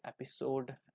episode